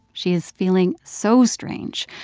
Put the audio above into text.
she is feeling so strange,